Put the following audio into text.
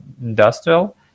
industrial